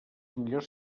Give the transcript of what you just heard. millors